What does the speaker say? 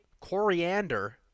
coriander